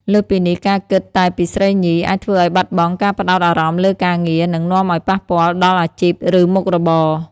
លើសពីនេះ ការគិតតែពីស្រីញី អាចធ្វើឱ្យបាត់បង់ការផ្ដោតអារម្មណ៍លើការងារ និងនាំឱ្យប៉ះពាល់ដល់អាជីព ឬមុខរបរ។